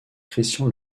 christian